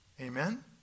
Amen